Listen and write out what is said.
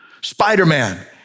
Spider-Man